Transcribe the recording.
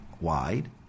wide